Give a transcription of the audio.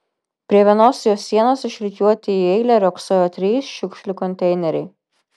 prie vienos jo sienos išrikiuoti į eilę riogsojo trys šiukšlių konteineriai